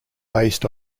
based